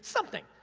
something.